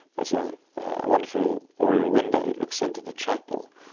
there's a wonderful oriel window that looks into the chapel.